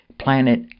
planet